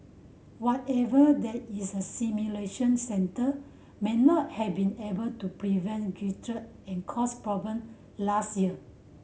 whatever there is a simulation centre may not have been able to prevent and caused problem last year